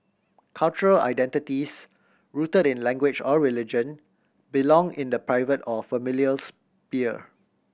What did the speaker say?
cultural identities rooted in language or religion belong in the private or familial sphere